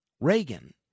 Reagan